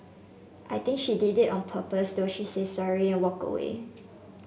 I think she did it on purpose though she said sorry and walked away